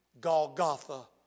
Golgotha